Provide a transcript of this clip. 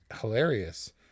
hilarious